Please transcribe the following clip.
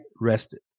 rested